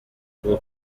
rwo